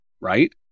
right